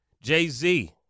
Jay-Z